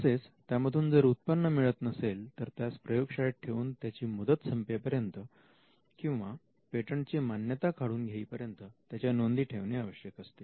तसेच त्यामधून जर उत्पन्न मिळत नसेल तर त्यास प्रयोगशाळेत ठेवून त्याची मुदत संपेपर्यंत किंवा पेटंटची मान्यता काढून घेईपर्यंत त्याच्या नोंदी ठेवणे आवश्यक असते